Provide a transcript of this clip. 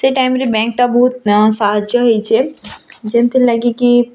ସେ ଟାଇମ୍ରେ ବ୍ୟାଙ୍କ୍ଟା ବହୁତ୍ ସାହାଯ୍ୟ ହେଇଛେ ଯେଁଥିର୍ ଲାଗିକି